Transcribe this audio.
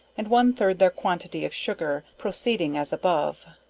and one third their quantity of sugar, proceeding as above.